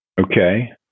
okay